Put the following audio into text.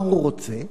מה הוא רוצה?